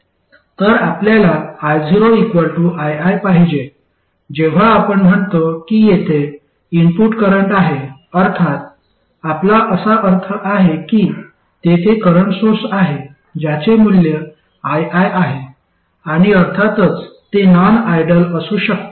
तर आपल्याला io ii पाहिजे जेव्हा आपण म्हणतो की येथे इनपुट करंट आहे अर्थात आपला असा अर्थ आहे की तेथे करंट सोर्स आहे ज्याचे मूल्य ii आहे आणि अर्थातच ते नॉन आयडल असू शकते